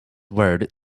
word